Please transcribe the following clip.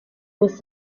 with